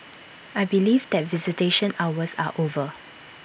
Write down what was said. I believe that visitation hours are over